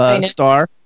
Star